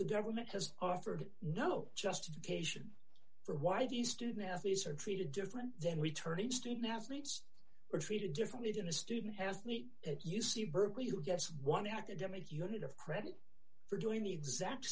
the government has offered no justification for why these student athletes are treated different then we turn in student athletes are treated differently than a student has me at u c berkeley who gets one academic unit of credit for doing the exact